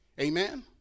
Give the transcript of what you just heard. Amen